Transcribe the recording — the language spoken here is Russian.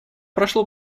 прошло